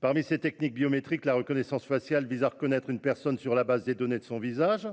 Parmi ces techniques, la reconnaissance faciale vise à reconnaître une personne sur la base des données de son visage.